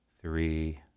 three